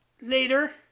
later